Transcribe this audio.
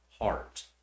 heart